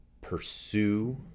pursue